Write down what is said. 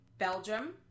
Belgium